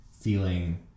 feeling